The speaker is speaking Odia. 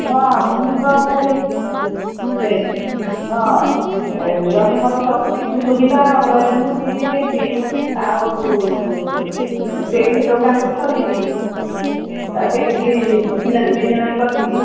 ହଁ ମୁଁ ତ କରିବି ସେଇ ହଁ ଯଦି ମୋର ସବୁ କିଛି ସୁବିଧା ହେବ ହେଲେ ମୁଁ ଯିବି ସେଇଠି ଆଉ ସେଇଠି ଦୋକାନ୍ ଟେ ବି ଖୋଲିବି ଆଉ ସେଇଠିକି ବିଜିନେସ୍ ବିଜିନେସ୍ କରିବି